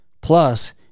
Plus